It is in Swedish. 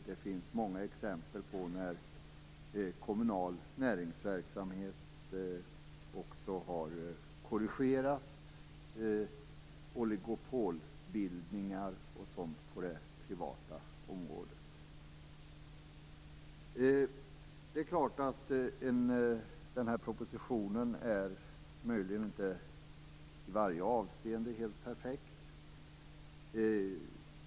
Det finns många exempel på att kommunal näringsverksamhet har korrigerat oligopolbildningar o.d. på det privata området. Det är möjligt att propositionen inte i varje avseende är helt perfekt.